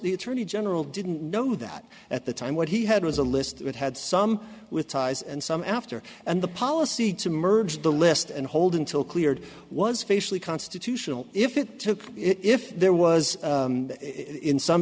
the attorney general didn't know that at the time what he had was a list that had some with ties and some after and the policy to merge the list and hold until cleared was facially constitutional if it took if there was in some